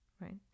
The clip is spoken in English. right